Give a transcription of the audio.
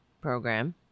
program